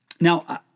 Now